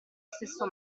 stesso